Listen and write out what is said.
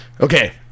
Okay